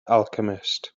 alchemist